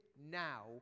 now